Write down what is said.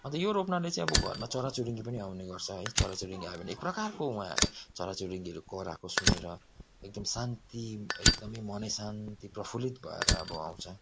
अन्त यो रोप्नाले चाहिँ अब घरमा चरा चुरुङ्गी पनि आउने गर्छ है चरा चुरुङ्गी आए भने एक प्रकारको वहाँ चराचुरुङ्गीहरू कराएको सुनेर एकदम शान्ति एकदमै मनै शान्ति प्रफुलित भएर अब आउँछ